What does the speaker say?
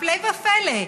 הפלא ופלא.